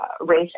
race